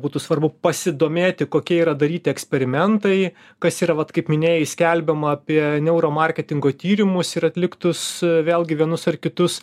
būtų svarbu pasidomėti kokie yra daryti eksperimentai kas yra vat kaip minėjai skelbiama apie neuro marketingo tyrimus ir atliktus vėlgi vienus ar kitus